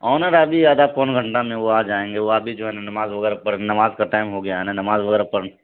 owner ابھی آدھا پون گھنٹہ میں وہ آ جائیں گے وہ ابھی جو ہے نا نماز وغیرہ پڑھنے نماز کا ٹائم ہو گیا ہے نا نماز وغیرہ پڑھ